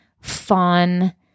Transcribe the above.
fun